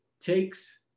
takes